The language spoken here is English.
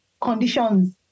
conditions